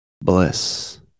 bliss